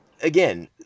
again